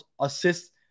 assist